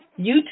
YouTube